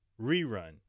rerun